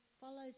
follows